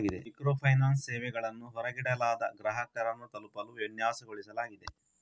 micro finance ಸೇವೆಗಳನ್ನು ಹೊರಗಿಡಲಾದ ಗ್ರಾಹಕರನ್ನು ತಲುಪಲು ವಿನ್ಯಾಸಗೊಳಿಸಲಾಗಿದೆ